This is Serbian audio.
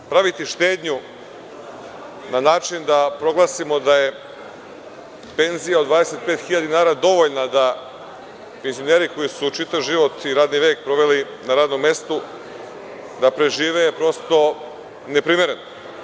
Praviti štednju na način da proglasimo penzije od 25.000 dinara, dovoljno je da penzioneri koji su čitav život i radni vek proveli na radnom mestu, da prežive, prosto je neprimereno.